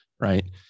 right